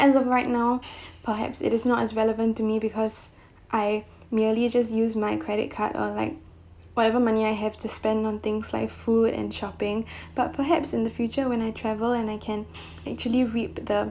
as of right now perhaps it is not as relevant to me because I merely just use my credit card or like whatever money I have to spend on things like food and shopping but perhaps in the future when I travel and I can actually reap the